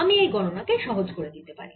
আমি এই গণনা কে সহজ করে দিতে পারি